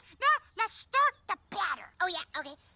now let's stir the batter. oh yeah, okay.